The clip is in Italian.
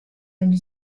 negli